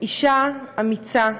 אישה אמיצה,